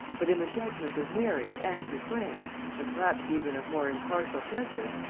but in the judgement of mary and her friends, and perhaps even of more impartial judges,